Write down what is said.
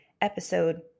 episode